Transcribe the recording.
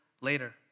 later